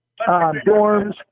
dorms